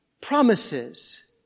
promises